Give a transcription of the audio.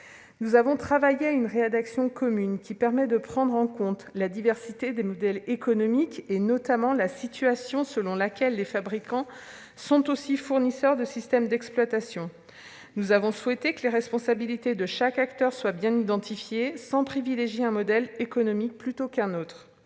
Nous avons travaillé à une rédaction commune permettant de prendre en compte la diversité des modèles économiques, notamment le fait que les fabricants sont aussi fournisseurs de systèmes d'exploitation. Nous avons souhaité que les responsabilités de chaque acteur soient bien identifiées, sans privilégier un modèle économique plutôt qu'un autre